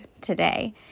today